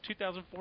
2004